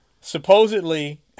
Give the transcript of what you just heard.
supposedly